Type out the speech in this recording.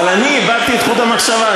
אבל אני איבדתי את חוט המחשבה,